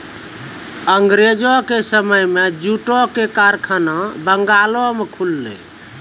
अंगरेजो के समय मे जूटो के कारखाना बंगालो मे खुललै